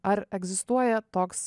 ar egzistuoja toks